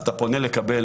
אתה פונה לקבל,